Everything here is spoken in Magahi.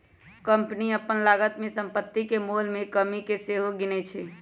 कंपनी अप्पन लागत में सम्पति के मोल में कमि के सेहो गिनै छइ